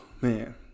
man